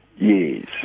yes